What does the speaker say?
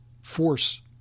force